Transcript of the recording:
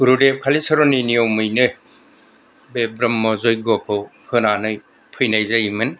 गुरुदेब कालिचरननि नियमैनो बे ब्रह्म जग्यखौ होनानै फैनाय जायोमोन